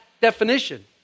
definition